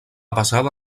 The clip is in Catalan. basada